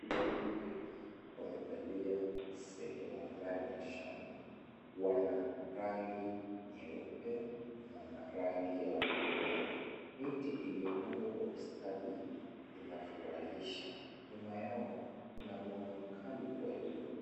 Wadudu wengi wamevalia sehemu fulani ya shamba. Wana rangi nyeupe na rangi ya udongo. Miti iliyopandwa kwa ustadi inafurahisha. Nyuma yao kuna mwanga mkali wa jua.